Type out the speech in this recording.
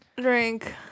Drink